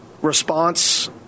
response